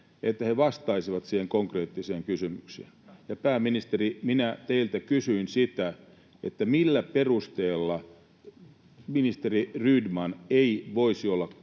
että he vastaisivat siihen konkreettiseen kysymykseen. Ja, pääministeri, minä teiltä kysyin sitä, millä perusteella ministeri Rydman ei voisi olla